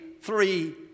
three